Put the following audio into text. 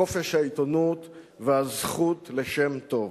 חופש העיתונות והזכות לשם טוב.